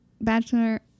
Bachelor